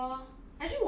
!wah!